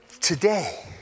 Today